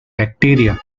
bacteria